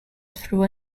through